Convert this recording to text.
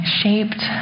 shaped